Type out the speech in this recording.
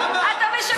למה אתה משקר?